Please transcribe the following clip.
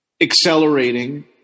accelerating